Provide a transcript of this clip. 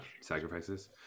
sacrifices